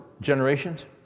generations